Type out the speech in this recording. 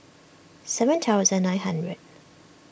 seven thousand nine hundred